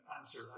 answer